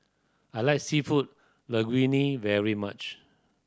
I like Seafood Linguine very much